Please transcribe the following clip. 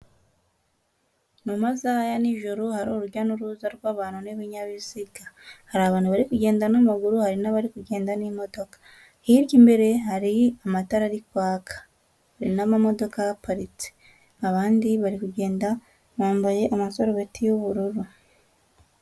Mu masaha ya nijoro hari urujya n'uruza rw'abantu n'ibinyabiziga. Hari abantu barikugenda n'amaguru, hari n'abari kugenda n'imodoka. Hirya imbere hari amatara ari kwaka. Hari n'amamodoka ahaparitse. Abandi bari kugenda, bambaye amasarubeti y'ubururu.